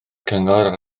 cyngor